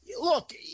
look